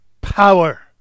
power